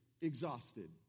exhausted